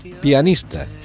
pianista